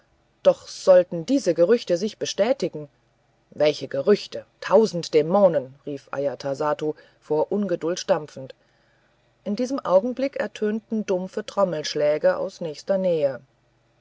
doch sollte dies gerücht sich bestätigen welches gerücht tausend dämonen rief ajatasattu vor ungeduld stampfend in diesem augenblick ertönten dumpfe trommelschläge aus nächster nähe